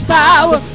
power